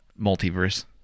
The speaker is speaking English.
multiverse